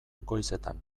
goizetan